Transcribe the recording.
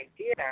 idea